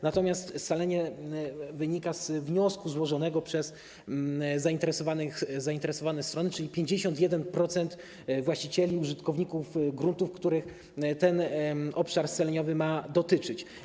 Natomiast scalenie wynika z wniosku złożonego przez zainteresowane strony, czyli 51% właścicieli, użytkowników gruntów, których ten obszar scaleniowy ma dotyczyć.